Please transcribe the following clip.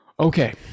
Okay